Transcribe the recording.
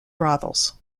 brothels